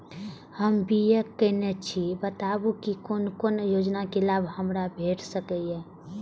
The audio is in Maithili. हम बी.ए केनै छी बताबु की कोन कोन योजना के लाभ हमरा भेट सकै ये?